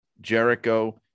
Jericho